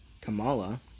Kamala